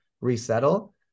resettle